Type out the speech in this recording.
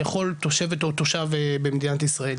לכל תושבת או תושב במדינת ישאל,